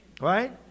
right